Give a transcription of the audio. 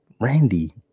Randy